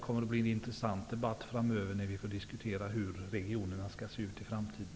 Vi får då diskutera hur regionerna skall se ut i framtiden.